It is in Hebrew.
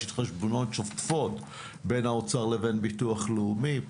יש התחשבנויות שוטפות בין האוצר לבין ביטוח לאומי.